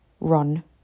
run